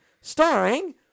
starring